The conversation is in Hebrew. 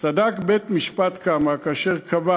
צדק בית-משפט קמא כאשר קבע